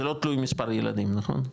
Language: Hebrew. זה לא תלוי מספר ילדים, נכון?